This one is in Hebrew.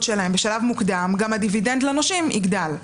שלהם בשלב מוקדם גם הדיבידנד לנושים יגדל.